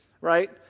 right